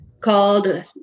called